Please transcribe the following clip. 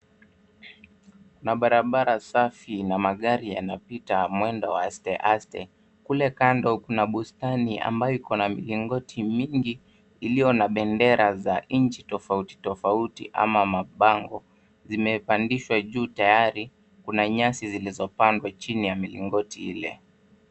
Kuna barabara safi ina magari yanapita mwendo wa asteaste. Kule kando kuna bustani ambayo iko na milingoti mingi iliyo na bendera za inchi tofauti tofauti ama mabango zimepandishwa juu tayari. Kuna nyasi zilizopandwa chini ya milingoti ile.